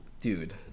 Dude